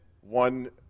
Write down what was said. one